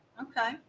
okay